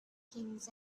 kings